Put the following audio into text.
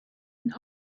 and